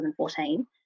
2014